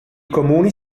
comuni